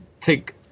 take